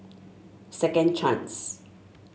Second Chance